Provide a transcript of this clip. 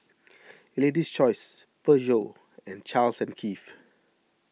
Lady's Choice Peugeot and Charles and Keith